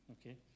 okay